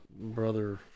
Brother